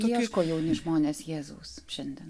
ieško jauni žmonės jėzaus šiandien